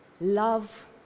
love